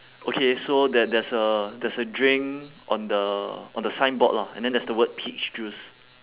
okay so there there's a there's a drink on the on the signboard lah and then there's the word peach juice